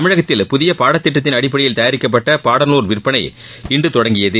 தமிழகத்தில் புதிய பாடத்திட்டத்தின் அடிப்படையில் தயாரிக்கப்பட்ட பாடநூல் விற்பனை இன்று தொடங்கியது